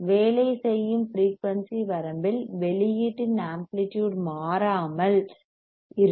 வேலை செய்யும் ஃபிரீயூன்சி வரம்பில் வெளியீட்டின் ஆம்ப்ளிடியூட் மாறாமல் மாறிலி ஆக இருக்கும்